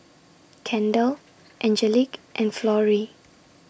Kendell Angelique and Florie